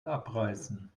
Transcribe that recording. abreißen